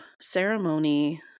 ceremony